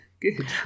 Good